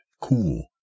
cool